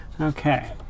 Okay